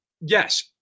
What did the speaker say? yes